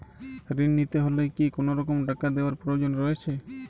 ঋণ নিতে হলে কি কোনরকম টাকা দেওয়ার প্রয়োজন রয়েছে?